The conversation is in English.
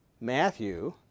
Matthew